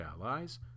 allies